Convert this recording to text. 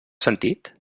sentit